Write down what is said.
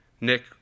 Nick